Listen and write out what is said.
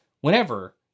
whenever